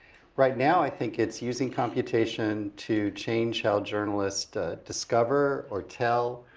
right now i think it's using computation to change how journalists discover, or tell,